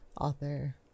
author